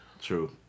True